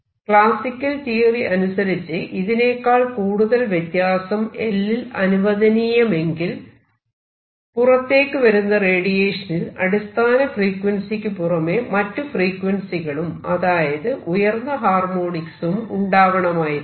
classical theory അനുസരിച്ച് ഇതിനേക്കാൾ കൂടുതൽ വ്യത്യാസം l ൽ അനുവദനീയമെങ്കിൽ പുറത്തേക്കുവരുന്ന റേഡിയേഷനിൽ അടിസ്ഥാന ഫ്രീക്വൻസിയ്ക്കു പുറമെ മറ്റു ഫ്രീക്വൻസികളും അതായത് ഉയർന്ന ഹാർമോണിക്സും ഉണ്ടാവണമായിരുന്നു